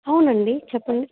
అవునండి చెప్పండి